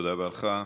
תודה רבה, אדוני.